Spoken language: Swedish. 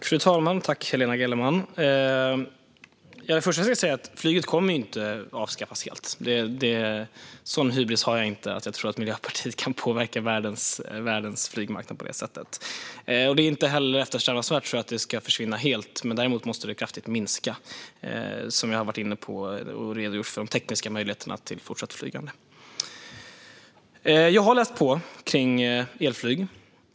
Fru talman! Flyget kommer inte att avskaffas helt. Sådan hybris har jag inte att jag tror att Miljöpartiet kan påverka världens flygmarknad på det sättet. Det är inte heller eftersträvansvärt att flyget ska försvinna helt, men däremot måste det kraftigt minska. Jag har redogjort för de tekniska möjligheterna till fortsatt flygande. Jag har läst på om elflyg.